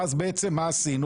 ואז בעצם מה עשינו?